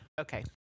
Okay